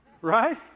Right